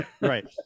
right